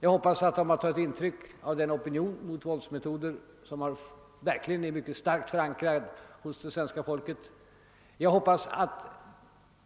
Jag hoppas att de har tagit intryck av den opinion mot våldsmetoder som verkligen är mycket starkt förankrad hos det svenska folket. Och jag hoppas att